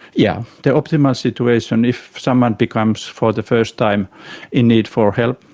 yeah the optimal situation, if someone becomes for the first time in need for help,